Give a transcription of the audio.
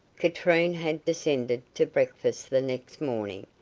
katrine had descended to breakfast the next morning,